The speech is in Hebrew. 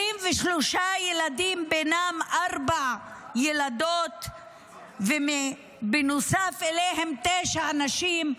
23 ילדים, ובהם ארבע ילדות, ונוסף אליהן תשע נשים,